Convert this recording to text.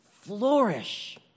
flourish